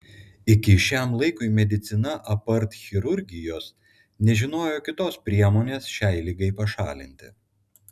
iki šiam laikui medicina apart chirurgijos nežinojo kitos priemonės šiai ligai pašalinti